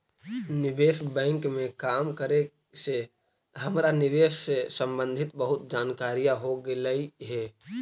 निवेश बैंक में काम करे से हमरा निवेश से संबंधित बहुत जानकारियाँ हो गईलई हे